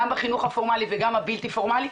גם בחינוך הפורמלי וגם הבלתי פורמלי.